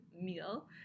meal